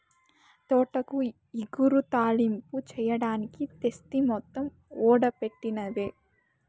తోటాకు ఇగురు, తాలింపు చెయ్యడానికి తెస్తి మొత్తం ఓడబెట్టినవే